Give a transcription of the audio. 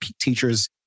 teachers